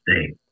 state